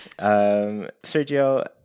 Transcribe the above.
Sergio